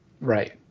Right